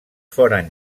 foren